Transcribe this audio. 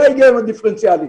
זה העניין הדיפרנציאלי.